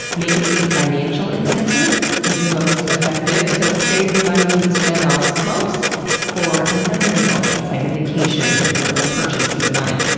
making a financial incentive was the most effective, so save the money you'd spend on smokes for another indulgence like a vacation or a purchase you've been eyeing.